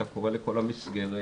אתה קורא לכל המסגרת,